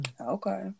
Okay